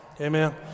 Amen